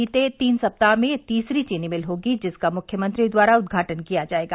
बीते तीन सप्ताह में यह तीसरी चीनी मिल होगी जिसका मुख्यमंत्री द्वारा उद्घाटन किया जायेगा